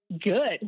good